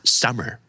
summer